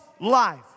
life